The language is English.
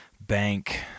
bank